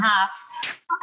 half